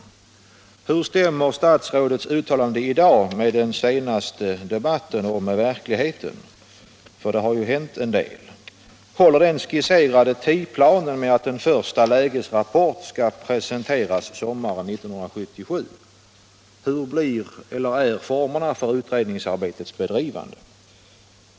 Hur stämmer statsrådets uttalande i dag med hans uttalande i den senaste debatten och med verkligheten? Det har ju hänt en del. Håller den skisserade tidsplanen att en första lägesrapport skall presenteras sommaren 1977? Hur blir eller hur är formerna för utredningsarbetets bedrivande?